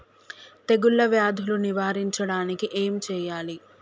తెగుళ్ళ వ్యాధులు నివారించడానికి ఏం చేయాలి?